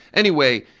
anyway,